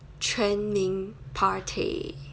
全宁 party